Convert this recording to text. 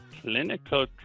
clinical